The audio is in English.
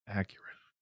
accurate